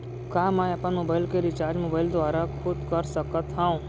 का मैं अपन मोबाइल के रिचार्ज मोबाइल दुवारा खुद कर सकत हव?